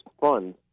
fund